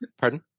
Pardon